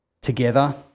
together